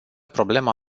problema